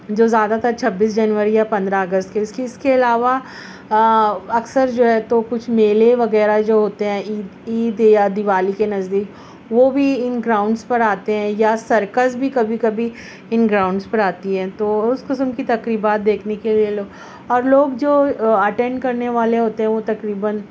جو زیادہ تر چھبیس جنوری یا پندرہ اگست کے اس کے علاوہ اکثر جو ہے تو کچھ میلے وغیرہ جو ہوتے ہیں عید عید یا دیوالی كے نزدیک وہ بھی ان گراؤنڈس پر آتے ہیں یا سركس بھی كبھی كبھی ان گراؤنڈس پر آتی ہے تو اس قسم کی تقریبات دیکھنے کے لیے اور لوگ جو اٹینڈ كرنے والے ہوتے ہیں وہ تقریباً